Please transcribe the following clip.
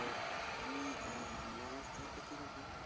बरं आणि मोमोजचं किती रुपये